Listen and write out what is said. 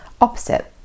opposite